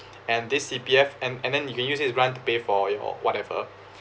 and this C_P_F and and then you can use this grant to pay for your whatever